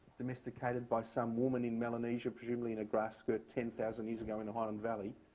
domesticated by some woman in melanesia, presumably in a grass skirt ten thousand years ago in a highland valley,